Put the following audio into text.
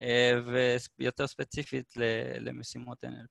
ויותר ספציפית למשימות הנ"ל.